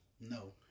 No